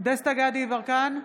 דסטה גדי יברקן,